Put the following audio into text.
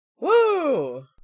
Woo